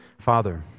Father